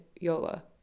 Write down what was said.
Yola